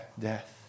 death